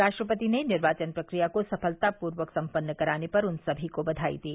राष्ट्रपति ने निर्वाचन प्रक्रिया को सफलतापूर्वक सम्पन्न कराने पर उन सभी को बधाई दी